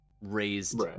raised